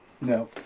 no